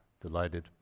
delighted